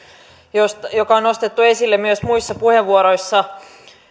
mikä on nostettu esille myös muissa puheenvuoroissa